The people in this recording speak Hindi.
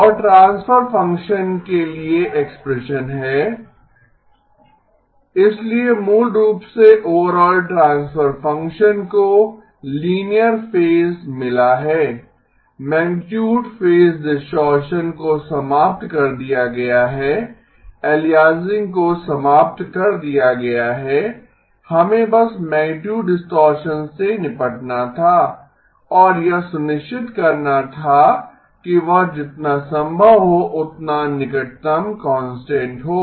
और ट्रांसफर फंक्शन के लिए एक्सप्रेशन है इसलिए मूल रूप से ओवरआल ट्रांसफर फंक्शन को लीनियर फेज मिला है मैगनीटुड फेज डिस्टॉरशन को समाप्त कर दिया गया है एलियासिंग को समाप्त कर दिया गया है हमें बस मैगनीटुड डिस्टॉरशन से निपटना था और यह सुनिश्चित करना था कि वह जितना संभव हो उतना निकटतम कांस्टेंट हो